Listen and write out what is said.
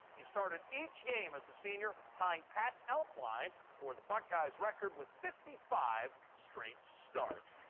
he started each game as a senior, tying pat elfein for the buckeyes' record with fifty five straight starts.